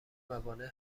موانع